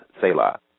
Selah